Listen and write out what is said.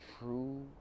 true